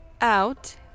out